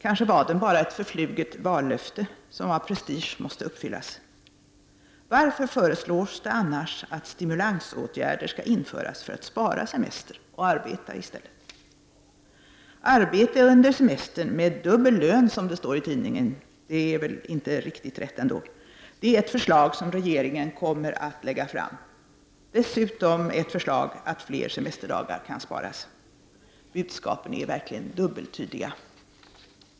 Kanske var den bara ett förfluget vallöfte som av prestige måste uppfyllas? Varför föreslås det annars att stimulansåtgärder skall införas för att man skall spara semester och arbeta i stället? Arbete under semestern med dubbel lön — som det står i tidningen, även om det inte är riktigt rätt — är ett förslag som regeringen kommer att lägga fram, dessutom ett förslag om att fler semesterdagar kan sparas. Budskapen är verkligen dubbeltydiga.